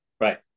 Right